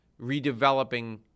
redeveloping